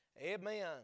Amen